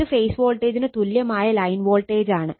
ഇത് ഫേസ് വോൾട്ടേജിന് തുല്യമായ ലൈൻ വോൾട്ടേജ് ആണ്